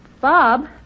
Bob